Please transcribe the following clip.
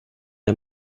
der